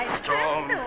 storm